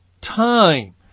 time